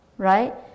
Right